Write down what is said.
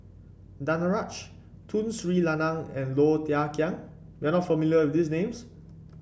Danaraj Tun Sri Lanang and Low Thia Khiang You are not familiar with these names